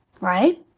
right